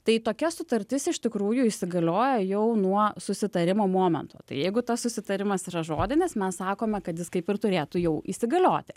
tai tokia sutartis iš tikrųjų įsigalioja jau nuo susitarimo momento tai jeigu tas susitarimas yra žodinis mes sakome kad jis kaip ir turėtų jau įsigalioti